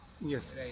Yes